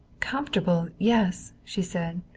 comfortable, yes, she said.